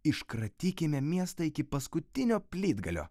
iškratykime miestą iki paskutinio plytgalio